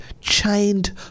chained